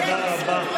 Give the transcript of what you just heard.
תודה רבה.